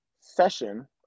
session